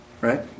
Right